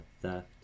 theft